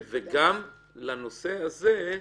גם לנושא הזה,